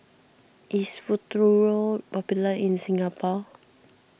is Futuro popular in Singapore